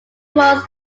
was